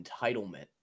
entitlement